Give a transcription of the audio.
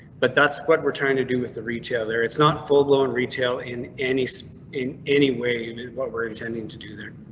but that's what we're trying to do with the retail there. it's not full blown retail in any so in any way. you know what we're intending to do there.